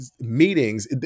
meetings